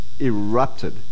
erupted